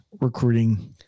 recruiting